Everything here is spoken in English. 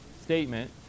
statement